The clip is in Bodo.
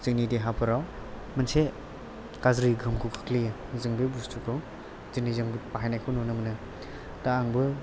जोंनि देहाफोराव मोनसे गाज्रि गोहोमखौ खोख्लैयो जों बे बुस्थुखौ दिनै जों बाहायनायखौ नुनो मोनो दा आंबो